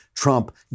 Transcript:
Trump